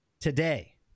today